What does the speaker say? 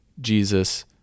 Jesus